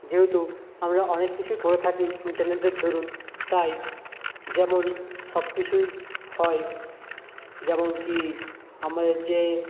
যেহেতু আমরা অনেক কিছুই করে থাকি ইন্টারনেটের দরুন তাই যেমন সবকিছুই হয় যেমনকি আমাদের যে